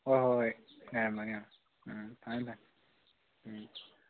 ꯍꯣꯏ ꯍꯣꯏ ꯍꯣꯏ ꯉꯥꯏꯔꯝꯃꯒꯦ ꯑꯥ ꯎꯝ ꯐꯅꯤ ꯐꯅꯤ ꯎꯝ